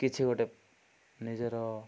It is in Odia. କିଛି ଗୋଟେ ନିଜର